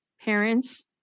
parents